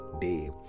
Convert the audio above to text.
day